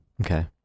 Okay